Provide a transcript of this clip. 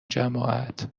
جماعت